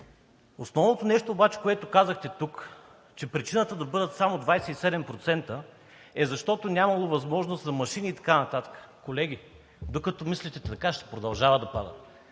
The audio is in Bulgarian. Основното нещо обаче, което казахте тук, е, че причината да бъдат само 27%, е, защото нямало възможност за машини и така нататък. Колеги, докато мислите така, ще продължават да падат.